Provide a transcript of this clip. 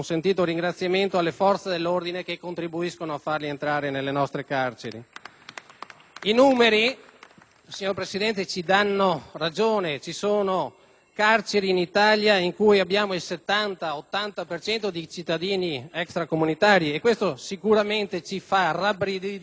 I numeri, signora Presidente, ci danno ragione: ci sono carceri in Italia in cui abbiamo il 70-80 per cento di cittadini extracomunitari, e questo sicuramente ci fa rabbrividire, ma ci fa anche pensare che abbiamo ragione nel dire quello che diciamo.